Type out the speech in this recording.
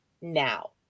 now